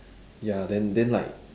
ya then then like